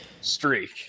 streak